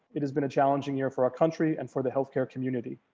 it has been a challenging year for our country and for the healthcare community.